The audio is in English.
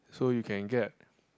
so you can get